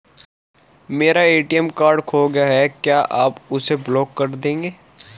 मेरा ATM card खो गया है क्या आप उसे ब्लॉक कर देंगे?